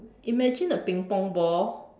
imagine a ping pong ball